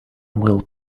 will